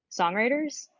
songwriters